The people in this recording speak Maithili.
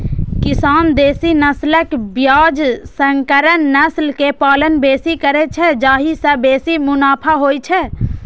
किसान देसी नस्लक बजाय संकर नस्ल के पालन बेसी करै छै, जाहि सं बेसी मुनाफा होइ छै